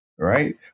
Right